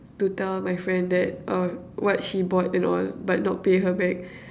to tell my friend that oh what she bought and all but not pay her back